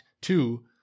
two